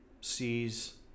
sees